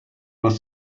was